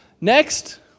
Next